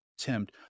attempt